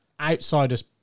outsider's